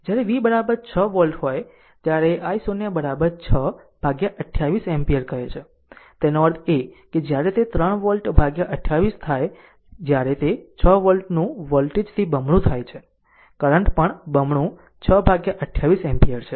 જ્યારે v 6 volt હોય ત્યારે i0 6 ભાગ્યા 28 એમ્પીયર કહે છે તેનો અર્થ એ કે જ્યારે તે 3 વોલ્ટ ભાગ્યા 28 થાય છે જ્યારે તે 6 વોલ્ટનું વોલ્ટેજ થી બમણું થાય છે કરંટ પણ બમણું 6 ભાગ્યા 28 એમ્પીયર છે